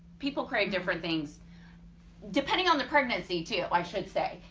people create different things depending on the pregnancy too i should say.